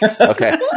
Okay